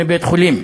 מבית-חולים,